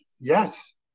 yes